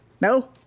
No